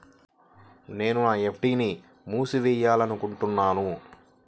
నేను నా ఎఫ్.డీ ని మూసివేయాలనుకుంటున్నాను